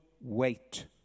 wait